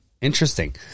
Interesting